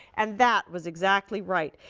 and that was exactly right,